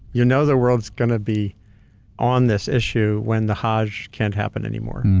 you know the world's gonna be on this issue when the hajj can't happen anymore,